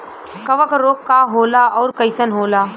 कवक रोग का होला अउर कईसन होला?